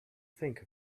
think